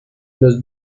los